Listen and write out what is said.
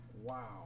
Wow